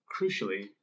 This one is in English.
crucially